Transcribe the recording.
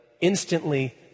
instantly